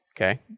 okay